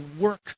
work